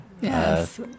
yes